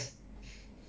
mm